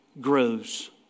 grows